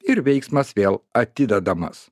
ir veiksmas vėl atidedamas